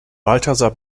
balthasar